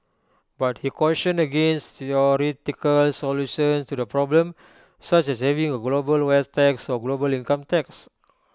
but he cautioned against theoretical solutions to the problem such as having A global wealth tax or global income tax